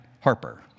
Harper